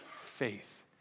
faith